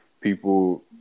people